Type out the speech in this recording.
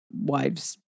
wives